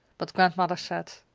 but grandmother said,